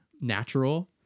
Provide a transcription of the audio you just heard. natural